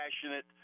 passionate